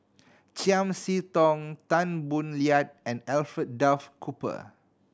Chiam See Tong Tan Boo Liat and Alfred Duff Cooper